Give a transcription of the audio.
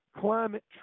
climate